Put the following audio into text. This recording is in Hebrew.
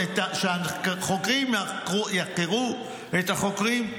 שהחוקרים יחקרו את החוקרים,